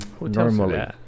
normally